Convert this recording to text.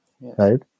right